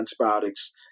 antibiotics